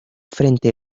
frente